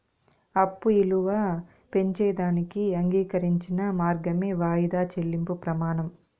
అప్పు ఇలువ పెంచేదానికి అంగీకరించిన మార్గమే వాయిదా చెల్లింపు ప్రమానం